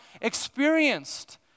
experienced